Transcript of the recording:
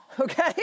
okay